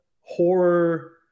horror